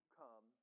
come